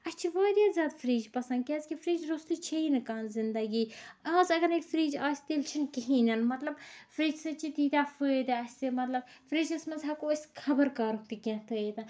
اَسہِ چھِ واریاہ زیادٕ فرج پَسند کیازِ کہِ فرج رۄستُے چھِ یی نہٕ کانٛہہ زِندگی آز اَگر نَے فرج آسہِ تیٚلہ چھُنہٕ کِہینۍ مطلب فرج سۭتۍ چھِ تیٖتیہ فٲیدٕ اَسہِ مطلب فرجَس منٛز ہیٚکو أسۍ خبر کرُک تہِ کیٚنٛہہ تھٲیِتھ